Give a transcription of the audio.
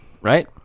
Right